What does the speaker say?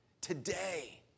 Today